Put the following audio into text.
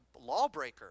lawbreaker